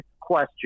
question